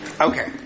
Okay